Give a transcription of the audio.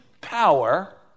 power